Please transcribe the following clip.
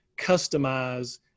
customize